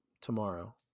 tomorrow